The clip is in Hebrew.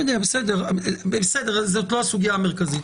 --- זאת לא הסוגיה המרכזית.